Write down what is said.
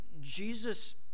Jesus